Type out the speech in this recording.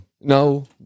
no